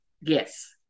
Yes